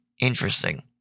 Interesting